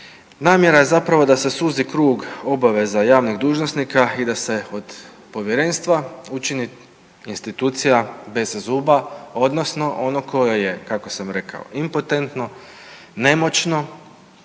namjera je zapravo da se suzi krug obaveza javnih dužnosnika i da se od Povjerenstva učini institucija bez zuba odnosno ono koje je, kako sam rekao, impotentno, nemoćno,